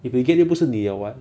if 你 get it 不是你 liao [what]